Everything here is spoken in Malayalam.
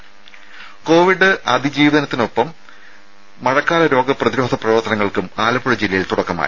രുര കോവിഡ് അതിജീവനത്തിനൊപ്പം മഴക്കാല രോഗ പ്രതിരോധ പ്രവർത്തനങ്ങൾക്കും ആലപ്പുഴ ജില്ലയിൽ തുടക്കമായി